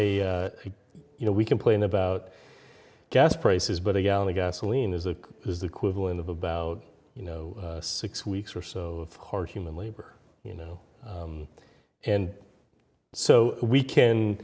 a you know we complain about gas prices but a gallon of gasoline is a is the equivalent of about you know six weeks or so of hard human labor you know and so we can